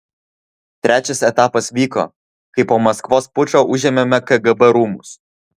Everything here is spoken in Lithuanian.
trečias etapas vyko kai po maskvos pučo užėmėme kgb rūmus